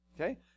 Okay